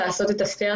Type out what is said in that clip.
לשחות,